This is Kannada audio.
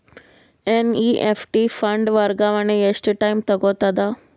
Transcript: ಎನ್.ಇ.ಎಫ್.ಟಿ ಫಂಡ್ ವರ್ಗಾವಣೆ ಎಷ್ಟ ಟೈಮ್ ತೋಗೊತದ?